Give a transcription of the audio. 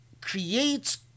creates